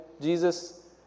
Jesus